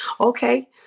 Okay